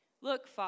Look